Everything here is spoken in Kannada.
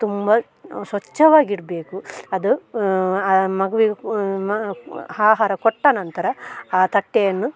ತುಂಬ ಸ್ವಚ್ಛವಾಗಿಡಬೇಕು ಅದು ಆ ಮಗುವಿಗೆ ಮ ಆಹಾರ ಕೊಟ್ಟ ನಂತರ ಆ ತಟ್ಟೆಯನ್ನು